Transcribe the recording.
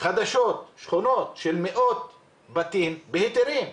חדשות של מאות בתים בהיתרים.